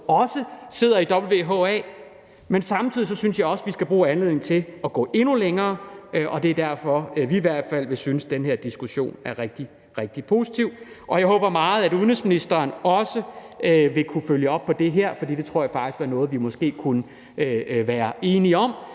måde sidder i WHA. Men samtidig synes jeg også, at vi skal bruge anledningen til at gå endnu længere, og det er derfor, vi i hvert fald synes, at den her diskussion er rigtig, rigtig positiv. Jeg håber meget, at udenrigsministeren også vil kunne følge op på det her, for det tror jeg faktisk er noget, vi måske kunne blive enige om